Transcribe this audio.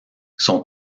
son